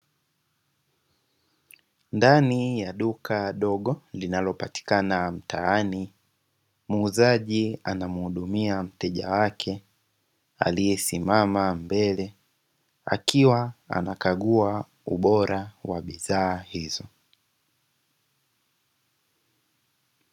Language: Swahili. Ndani ya duka dogo linalopatikana mtaani, muuzaji anamhudumia mteja wake aliyesimama mbele akiwa anakagua ubora wa bidhaa hizo.